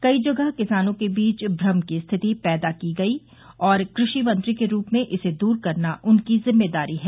कई जगह किसानों के बीच भ्रम की स्थिति पैदा की गई है और कृषिमंत्री के रूप में इसे दूर करना उनकी जिम्मेदारी है